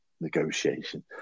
negotiation